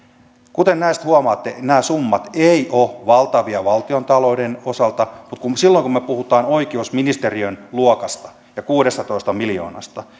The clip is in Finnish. kuten näistä huomaatte nämä summat eivät ole valtavia valtiontalouden osalta mutta silloin kun me puhumme oikeusministeriön luokasta ja kuudestatoista miljoonasta